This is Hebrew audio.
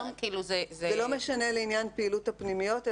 זה לא משנה לעניין פעילות הפנימיות,